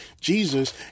Jesus